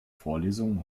vorlesungen